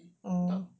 orh